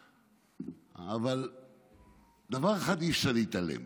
אבל מדבר אחד אי-אפשר להתעלם: